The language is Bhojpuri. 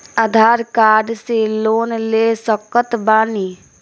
आधार कार्ड से लोन ले सकत बणी?